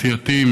סיעתי,